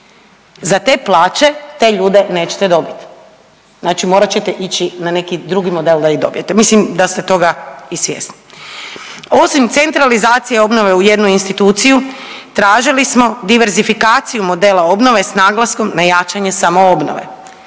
za te plaće te ljude nećete dobiti. Znači morat ćete ići na neki drugi model da ih dobijete. Mislim da ste toga i svjesni. Osim centralizacije obnove u jednu instituciju tražili smo diverzifikaciju modela obnove s naglasnom na jačanje samoobnove.